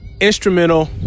Instrumental